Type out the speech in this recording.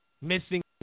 Missing